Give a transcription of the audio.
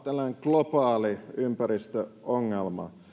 tällainen vakava globaali ympäristöongelma